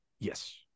Yes